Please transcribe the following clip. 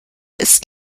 ist